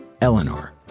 Eleanor